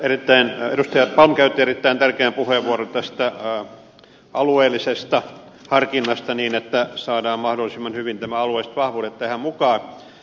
edustaja palm käytti erittäin tärkeän puheenvuoron tästä alueellisesta harkinnasta niin että saadaan mahdollisimman hyvin nämä alueelliset vahvuudet tähän mukaan